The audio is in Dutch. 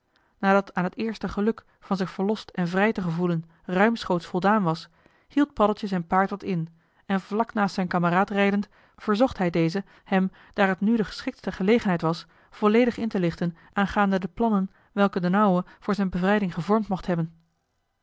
nadat aan het eerste geluk van zich verlost en vrij te gevoelen ruimschoots voldaan was hield paddeltje zijn paard wat in en vlak naast zijn kameraad rijdend verzocht hij deze hem daar het nu de geschiktste gelegenheid was volledig in te lichten aanjoh h been paddeltje de scheepsjongen van michiel de ruijter gaande de plannen welke d'n ouwe voor zijn bevrijding gevormd mocht hebben